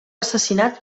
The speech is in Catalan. assassinat